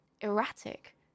erratic